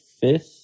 Fifth